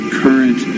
current